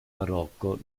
marocco